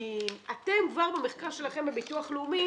כי אתם כבר במחקר שלכם בביטוח הלאומי